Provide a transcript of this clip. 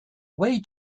way